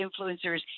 influencers